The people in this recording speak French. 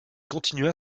continua